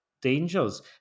dangers